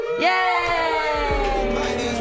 Yay